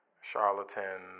charlatan